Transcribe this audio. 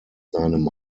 seinem